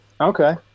Okay